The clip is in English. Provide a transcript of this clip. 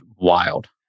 wild